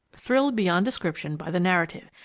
thrilled beyond description by the narrative.